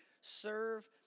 Serve